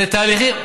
זה תהליכים.